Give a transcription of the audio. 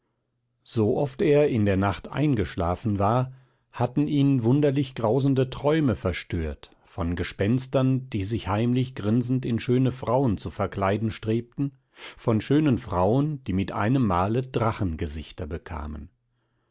hin sooft er in der nacht eingeschlafen war hatten ihn verwunderlich grausende träume verstört von gespenstern die sich heimlich grinzend in schöne frauen zu verkleiden strebten von schönen frauen die mit einem male drachenangesichter bekamen